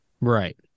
Right